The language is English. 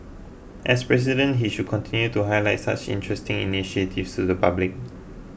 as president he should continue to highlight such interesting initiatives to the public